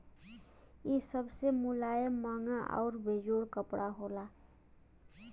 इ सबसे मुलायम, महंगा आउर बेजोड़ कपड़ा होला